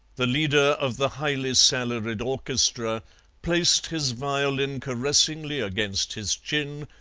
the leader of the highly salaried orchestra placed his violin caressingly against his chin,